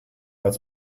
als